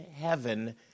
heaven